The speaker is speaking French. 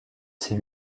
ses